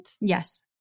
Yes